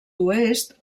oest